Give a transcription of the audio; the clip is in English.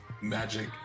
magic